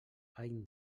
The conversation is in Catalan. any